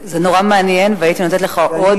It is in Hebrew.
זה נורא מעניין והייתי נותנת לך עוד,